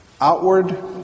outward